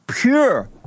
pure